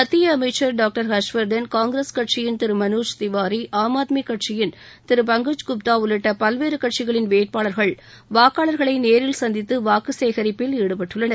மத்திய அமைச்ச் டர்கடர் ஹர்ஷ்வாதன் காங்கிரஸ் கட்சியின் திரு மனோஜ் திவாரி ஆம்ஆத்மி கட்சியின் திரு பங்கஜ் குப்தா உள்ளிட்ட பல்வேறு கட்சிகளின் வேட்பாளர்கள் வாக்காளர்களை நேரில் சந்தித்து வாக்குச்சேகரிப்பில் ஈடுப்பட்டுள்ளனர்